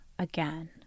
again